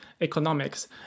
economics